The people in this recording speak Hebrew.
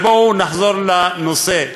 בואו נחזור לנושא.